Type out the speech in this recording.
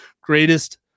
greatest